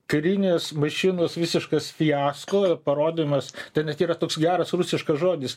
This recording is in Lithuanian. karinės mašinos visiškas fiasko parodymas ten net yra toks geras rusiškas žodis